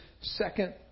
second